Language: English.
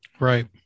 Right